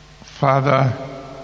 Father